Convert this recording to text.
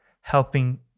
helping